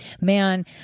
Man